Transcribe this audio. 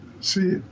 see